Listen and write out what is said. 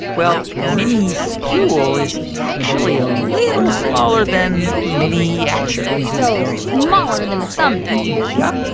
well, mini scule is actually a little smaller than mini yeah ature so smaller than a thumbnail? yep,